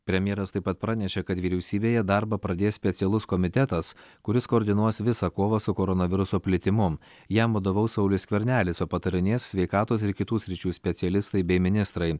premjeras taip pat pranešė kad vyriausybėje darbą pradės specialus komitetas kuris koordinuos visą kovą su koronaviruso plitimu jam vadovaus saulius skvernelis o patarinės sveikatos ir kitų sričių specialistai bei ministrai